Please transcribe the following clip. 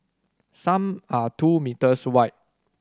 some are two meters wide